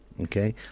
Okay